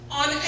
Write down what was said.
on